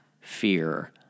fear